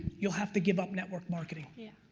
you'll have to give up network marketing. yeah.